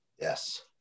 Yes